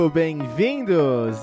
bem-vindos